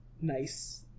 nice